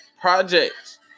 projects